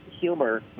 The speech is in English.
humor